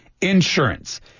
insurance